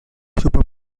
super